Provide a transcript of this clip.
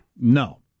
No